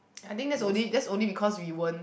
I think that's only that's only because we weren't